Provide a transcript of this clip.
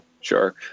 sure